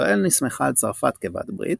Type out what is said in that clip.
ישראל נסמכה על צרפת כבת ברית,